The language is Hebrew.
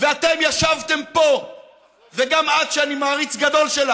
יש לי חמש דקות, ואני לא אשתמש בהן.